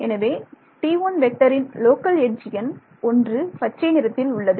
எனவே ன் local edge எண் 1 பச்சை நிறத்தில் உள்ளது